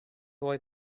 boy